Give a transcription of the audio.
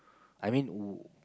I mean w~